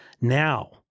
Now